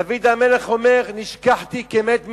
דוד המלך אומר: נשכחתי כמת מלב.